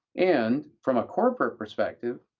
and from a corporate perspective,